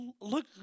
Look